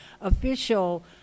official